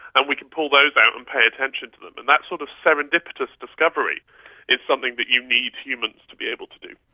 and we can pull those out and pay attention to them. and that sort of serendipitous discovery is something that you need humans to be able to do.